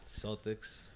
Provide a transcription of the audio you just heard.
Celtics